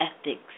ethics